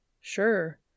Sure